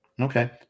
Okay